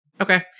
Okay